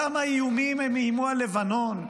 כמה איומים הם איימו על לבנון,